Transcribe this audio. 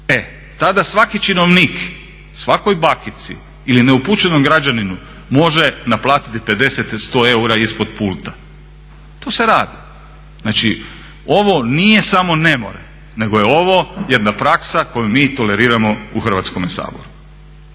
E tada svaki činovnik svakoj bakici ili neupućenom građaninu može naplatiti 50 ili 100 eura ispod pulta. To se radi. Znači ovo nije samo nemar, nego je ovo jedna praksa koju mi toleriramo u Hrvatskome saboru.